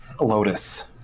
Lotus